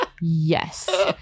Yes